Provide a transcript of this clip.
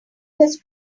his